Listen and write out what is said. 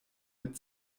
mit